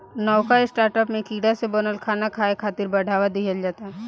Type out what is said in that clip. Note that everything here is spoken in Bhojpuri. नवका स्टार्टअप में कीड़ा से बनल खाना खाए खातिर बढ़ावा दिहल जाता